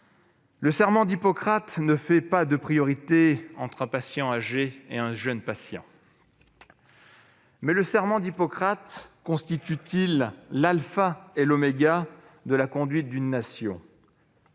Le serment d'Hippocrate ne fait pas de priorité entre un patient âgé et un jeune patient. Mais le serment d'Hippocrate constitue-t-il l'alpha et l'oméga de la conduite d'une nation ?